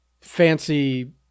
Fancy